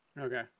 Okay